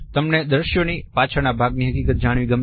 તમને દ્રશ્યોની પાછળના ભાગની હકીકત જાણવી ગમશે